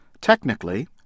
Technically